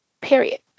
period